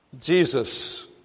Jesus